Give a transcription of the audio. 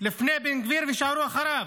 לפני בן גביר, ויישארו אחריו.